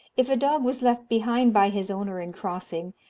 if a dog was left behind by his owner in crossing,